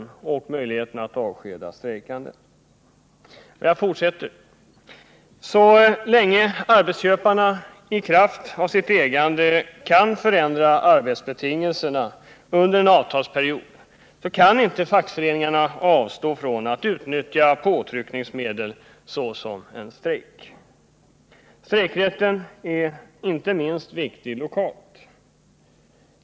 De bestämmelser som gäller möjligheten att avskeda strejkande behöver också ses över. Jag fortsätter: Så länge arbetsköparna i kraft av sitt ägande kan förändra arbetsbetingelserna under en avtalsperiod, kan inte fackföreningarna avstå från att utnyttja påtryckningsmedel, såsom en strejk. Strejkrätten är inte minst viktig lokalt.